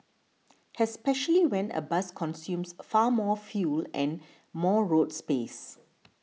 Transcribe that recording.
especially when a bus consumes far more fuel and more road space